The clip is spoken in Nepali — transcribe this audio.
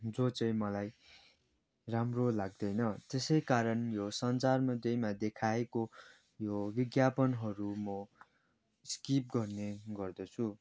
जो चाहिँ मलाई राम्रो लाग्दैन त्यसै कारण यो सञ्चारमध्येमा देखाएको यो विज्ञापनहरू म स्किप गर्ने गर्दछु